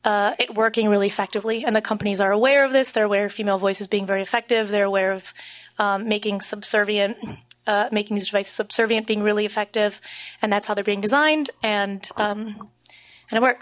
it working really effectively and the companies are aware of this they're aware female voice is being very effective they're aware of making subservient making these devices subservient being really effective and that's how they're being designed and um and it work